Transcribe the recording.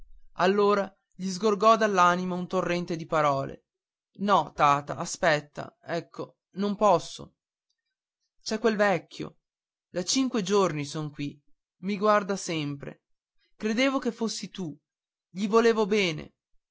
allora gli sgorgò dall'anima un torrente di parole no tata aspetta ecco non posso c'è quel vecchio da cinque giorni son qui i guarda sempre credevo che fossi tu gli volevo bene